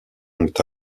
ont